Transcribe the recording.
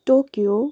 Tokyo